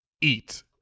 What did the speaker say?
Eat